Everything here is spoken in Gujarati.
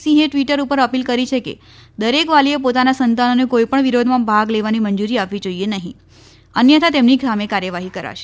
સિંહે ટ્વિટર ઉપર અપીલ કરી છે કે દરેક વાલીએ પોતાના સંતાનોને કોઈપણ વિરોધમાં ભાગ લેવાની મંજુરી આપવી જોઈએ નહીં અન્યથા તેમની સામે કાર્યવાહી કરાશે